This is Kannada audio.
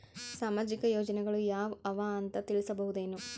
ಸಾಮಾಜಿಕ ಯೋಜನೆಗಳು ಯಾವ ಅವ ಅಂತ ತಿಳಸಬಹುದೇನು?